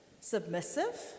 submissive